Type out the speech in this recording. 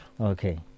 Okay